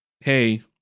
hey